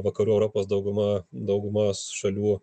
vakarų europos dauguma daugumos šalių